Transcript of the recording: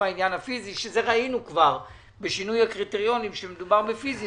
ראינו בשינוי הקריטריונים שמדובר בעניין הפיזי,